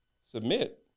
submit